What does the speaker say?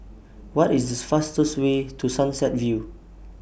What IS The fastest Way to Sunset View